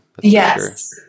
Yes